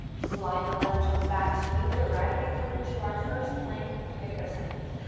slide the left toes back to meet the right. we come into our first plank, or maybe our second,